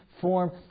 form